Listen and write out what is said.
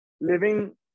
living